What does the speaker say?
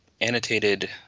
annotated